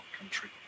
country